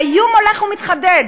והאיום הולך ומתחדד: